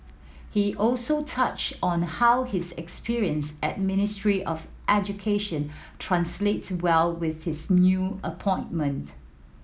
he also touched on how his experience at Ministry of Education translates well with his new appointment